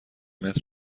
متر